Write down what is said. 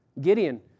Gideon